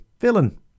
villain